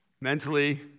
mentally